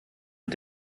mit